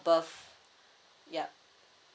yup